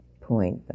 point